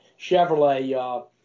Chevrolet